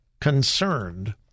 concerned